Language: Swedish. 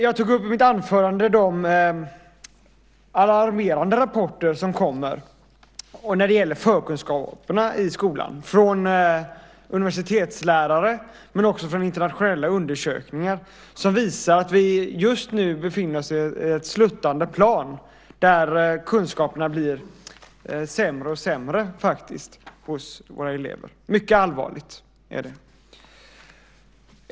Jag tog upp i mitt anförande de alarmerande rapporter om förkunskaperna som kommer från universitetslärare och från internationella undersökningar som visar att vi just nu befinner oss på ett sluttande plan där kunskaperna blir sämre och sämre hos eleverna. Det är mycket allvarligt.